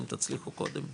אם תצליחו קודם,